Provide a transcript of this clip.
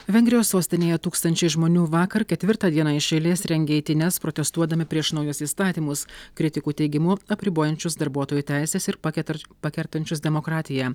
vengrijos sostinėje tūkstančiai žmonių vakar ketvirtą dieną iš eilės rengė eitynes protestuodami prieš naujus įstatymus kritikų teigimu apribojančius darbuotojų teises ir paketar pakertančius demokratiją